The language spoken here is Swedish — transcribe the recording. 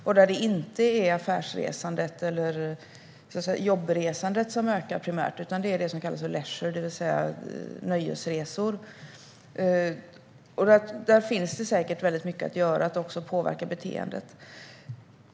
Det är inte affärsresandet eller jobbresandet som primärt ökar utan det är det som brukar kallas för leisure, det vill säga nöjesresor. Där finns det säkert väldigt mycket att göra för att påverka beteendet.